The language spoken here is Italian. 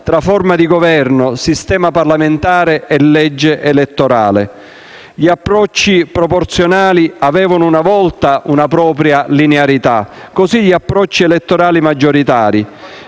tra forma di Governo, sistema parlamentare e legge elettorale. Gli approcci proporzionali avevano una volta una propria linearità; così gli approcci elettorali maggioritari.